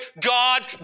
God